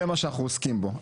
זה מה שאנחנו עוסקים בו.